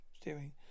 Steering